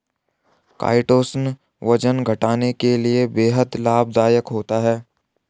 chitosan वजन घटाने के लिए बेहद लाभदायक होता है